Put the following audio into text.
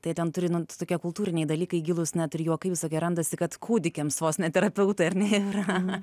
tai ten turi nu tokie kultūriniai dalykai gilūs net ir juokai visokie randasi kad kūdikiams vos ne terapeutai ar ne yra